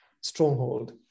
stronghold